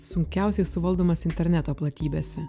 sunkiausiai suvaldomas interneto platybėse